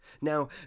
Now